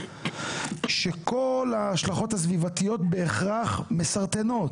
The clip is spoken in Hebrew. שכל ההשלכות הסביבתיות בהכרח מסרטנות,